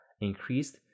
increased